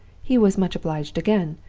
he was much obliged again.